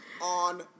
on